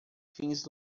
fins